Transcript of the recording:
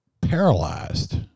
paralyzed